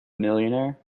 millionaire